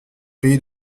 pays